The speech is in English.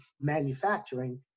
manufacturing